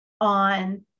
on